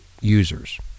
users